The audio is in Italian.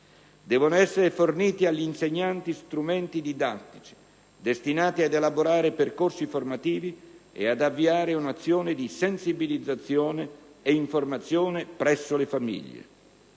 Devono essere forniti agli insegnanti strumenti didattici, destinati ad elaborare percorsi formativi, e ad avviare un'azione di sensibilizzazione e informazione presso le famiglie.